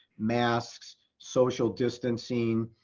masks, social distancing,